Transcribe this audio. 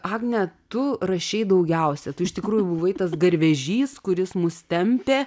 agne tu rašei daugiausia tu iš tikrųjų buvai tas garvežys kuris mus tempė